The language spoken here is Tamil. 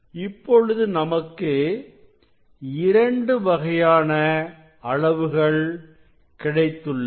இப்பொழுது நமக்கு இரண்டு வகையான அளவுகள் கிடைத்துள்ளன